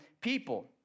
people